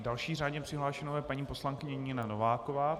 Další řádně přihlášenou je paní poslankyně Nina Nováková.